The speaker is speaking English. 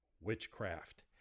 witchcraft